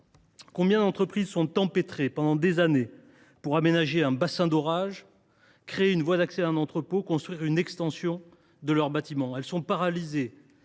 Combien d’entreprises sont empêtrées pendant des années pour aménager un bassin d’orage, créer une voie d’accès à un entrepôt ou construire une extension de leurs bâtiments ! Ici ou là, elles sont paralysées,